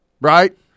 right